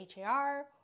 HAR